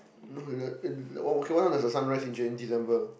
no that one okay what time does the sun rise in Jan December